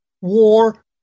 War